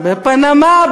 בפנמה,